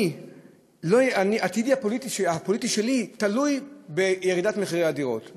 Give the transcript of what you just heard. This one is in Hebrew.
עתידי הפוליטי תלוי בירידת מחירי הדירות,